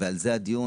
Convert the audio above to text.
ועל זה הדיון,